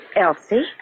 Elsie